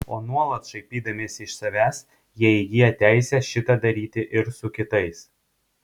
o nuolat šaipydamiesi iš savęs jie įgyja teisę šitą daryti ir su kitais